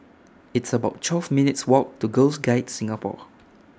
It's about twelve minutes' Walk to Girls Guides Singapore